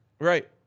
Right